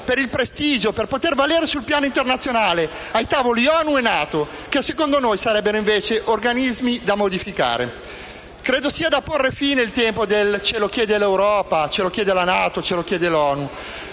Per il prestigio, per poter valere sul piano internazionale ai tavoli ONU e NATO (che secondo noi sarebbero organismi da modificare)? Credo che sia ora di porre fine al tempo del «Ce lo chiede l'Europa», «Ce lo chiede la NATO» o «Ce lo chiede l'ONU».